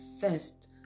first